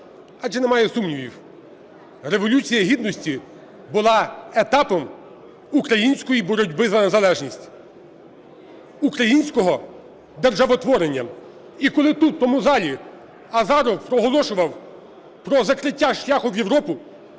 адже немає сумнівів, Революція Гідності була етапом української боротьби за незалежність українського державотворення. І коли тут, у залі, Азаров проголошував про закриття шляху в Європу,